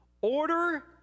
order